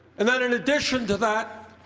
and then in addition to that,